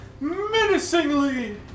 Menacingly